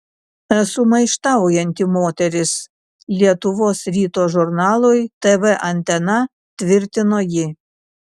esu maištaujanti moteris lietuvos ryto žurnalui tv antena tvirtino ji